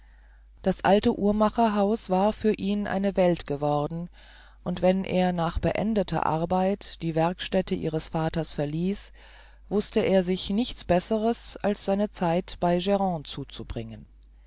das alte uhrmacherhaus war für ihn eine welt geworden und wenn er nach beendeter arbeit die werkstätte ihres vaters verließ wußte er sich nichts besseres als seine zeit bei grande zuzubringen